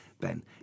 Ben